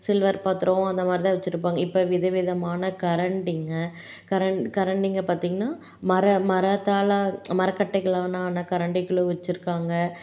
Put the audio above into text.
silver பாத்திரம் அந்த மாதிரி தான் வச்சிருப்பாங்கள் இப்போ விதவிதமான கரண்டிங்கள் கரண் கரண்டிங்கள் பார்த்தீங்கன்னா மர மரத்தால் மரக்கட்டைகளானான கரண்டிகளும் வச்சிருக்காங்கள்